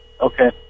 Okay